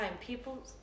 People